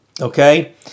okay